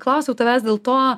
klausiau tavęs dėl to